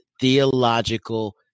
theological